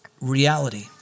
reality